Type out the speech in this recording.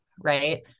right